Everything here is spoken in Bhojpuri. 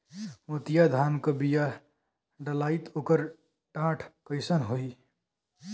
मोतिया धान क बिया डलाईत ओकर डाठ कइसन होइ?